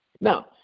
Now